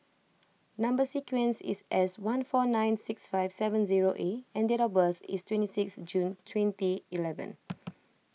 Number Sequence is S one four nine six five seven zero A and date of birth is twenty six June twenty eleven